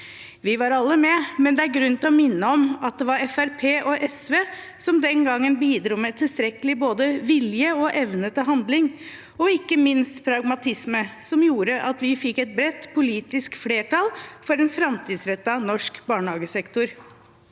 Vi var alle med, men det er grunn til å minne om at det var Fremskrittspartiet og SV som den gangen bidro med tilstrekkelig både vilje og evne til handling, og ikke minst pragmatisme, som gjorde at vi fikk et bredt politisk flertall for en framtidsrettet norsk barnehagesektor.